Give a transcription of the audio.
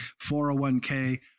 401k